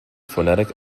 phonetic